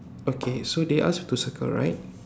okay so they asked to circle right